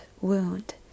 wound